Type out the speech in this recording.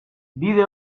bide